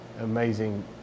amazing